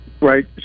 right